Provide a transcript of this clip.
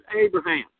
Abraham